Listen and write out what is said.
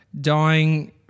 Dying